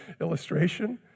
illustration